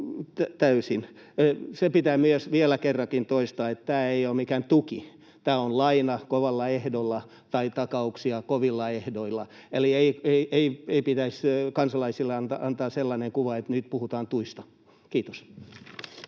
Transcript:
Se pitää myös vielä kerran toistaa, että tämä ei ole mikään tuki. Tämä on laina kovalla ehdolla tai takauksia kovilla ehdoilla. Eli ei pitäisi kansalaisille antaa sellaista kuvaa, että nyt puhutaan tuista. — Kiitos.